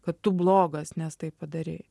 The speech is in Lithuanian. kad tu blogas nes tai padarei